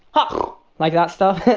but like that stuff.